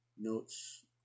notes